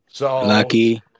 Lucky